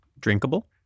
drinkable